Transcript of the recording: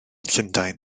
llundain